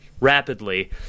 rapidly